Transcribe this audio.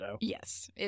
Yes